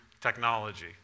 technology